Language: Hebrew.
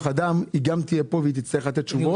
אדם תהיה כאן והיא תצטרך לתת תשובות.